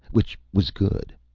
which was good.